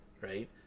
right